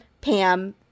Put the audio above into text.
Pam